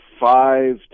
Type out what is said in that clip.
five